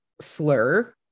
slur